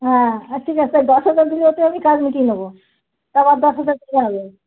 হ্যাঁ হ্যাঁ ঠিক আছে দশ হাজার দিলে ওতে আমি কাজ মিটিয়ে নেবো তাপর আর দশ হাজার দিতে হবে